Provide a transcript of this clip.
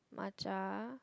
matcha